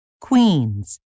Queens